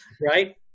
right